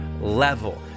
level